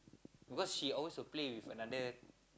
because she always will play with another